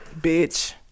bitch